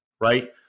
right